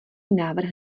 návrh